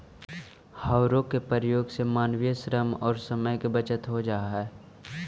हौरो के प्रयोग से मानवीय श्रम औउर समय के बचत हो जा हई